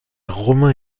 romains